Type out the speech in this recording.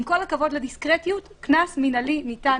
עם כל הכבוד לדיסקרטיות קנס מינהלי ניתן